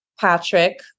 Patrick